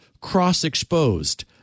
cross-exposed